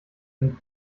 sind